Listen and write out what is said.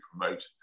promote